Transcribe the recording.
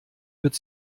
wird